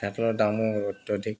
মিঠাতেলৰ দামো অত্যাধিক